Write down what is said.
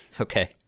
Okay